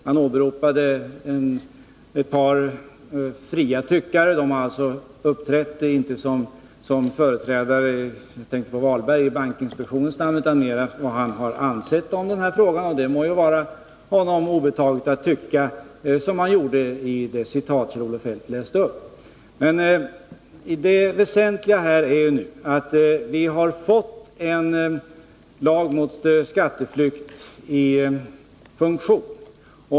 Han åberopade ett par fria tyckare — jag tänker på Sten Walberg, som inte uppträtt som företrädare för bankinspektionen, utan som mera yttrat sig om vad han själv ansett om den här frågan. Det må vara honom obetaget att tycka som han gjorde enligt det citat Kjell-Olof Feldt läste upp. Det väsentliga är att vi har fått en lag mot skatteflykt i funktion.